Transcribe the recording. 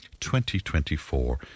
2024